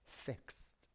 fixed